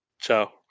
Ciao